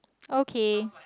okay